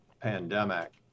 pandemic